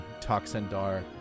Toxendar